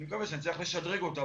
אני מקווה שנצליח לשדרג אותה,